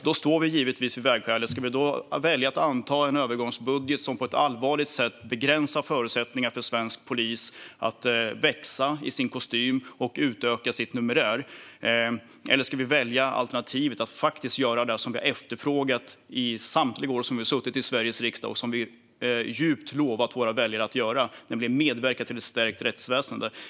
Då står vi givetvis vid ett vägskäl: Ska vi välja att anta en övergångsbudget, som på ett allvarligt sätt begränsar förutsättningarna för svensk polis att växa i sin kostym och utöka sin numerär, eller ska vi välja alternativet att faktiskt göra det som vi har efterfrågat under samtliga år som vi har suttit i Sveriges riksdag och som vi lovat våra väljare att göra, nämligen medverka till ett stärkt rättsväsen?